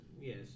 Yes